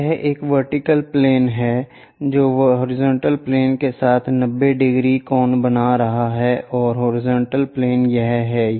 तो यह एक वर्टिकल प्लेन है जो हॉरिजॉन्टल प्लेन के साथ 90 डिग्री बना रहा है और हॉरिजॉन्टल प्लेन यह है